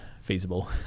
feasible